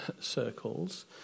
circles